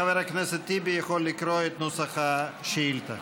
חבר הכנסת טיבי יכול לקרוא את נוסח השאילתה.